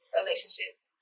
relationships